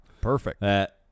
perfect